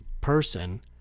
person